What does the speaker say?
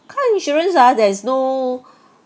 car insurance ah there's no